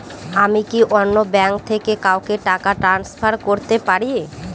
আমি কি অন্য ব্যাঙ্ক থেকে কাউকে টাকা ট্রান্সফার করতে পারি?